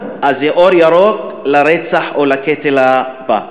אז זה אור ירוק לרצח או לקטל הבא.